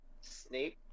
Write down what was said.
Snape